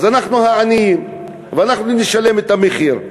אז אנחנו העניים ואנחנו נשלם את המחיר.